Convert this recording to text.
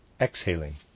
exhaling